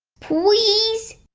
please!